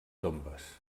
tombes